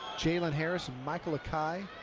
jaylen harris, michael akai